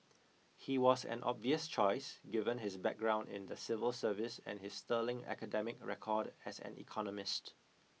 he was an obvious choice given his background in the civil service and his sterling academic record as an economist